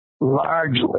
largely